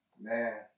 Man